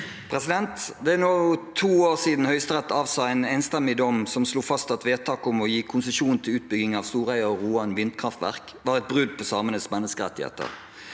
«Det er nå to år siden Høyesterett avsa en enstemmig dom som slo fast at vedtaket om å gi konsesjon til utbyggingen av Storheia og Roan vindkraftverk var et brudd på samenes menneskerettigheter.